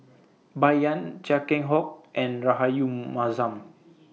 Bai Yan Chia Keng Hock and Rahayu Mahzam